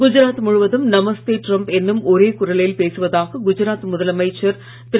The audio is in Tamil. குஜராத் முழுவதும் நமஸ்தே டிரம்ப் என்னும் ஒரே குரலில் பேசுவதாக குஜராத் முதலமைச்சர் திரு